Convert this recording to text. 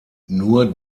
nur